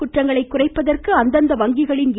குற்றங்களை குறைப்பதற்கு அந்தந்த வங்கிகளின் ஏ